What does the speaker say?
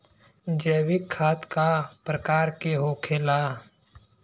जैविक खाद का प्रकार के होखे ला?